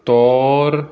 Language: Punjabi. ਤੌਰ